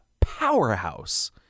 powerhouse